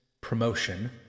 promotion